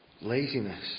laziness